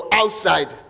outside